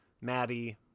Maddie